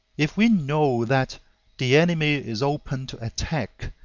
if we know that the enemy is open to attack,